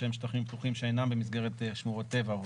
שהם שטחים פתוחים שאינם במסגרת שמורות טבע,